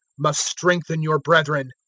must strengthen your brethren.